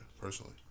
personally